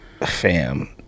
fam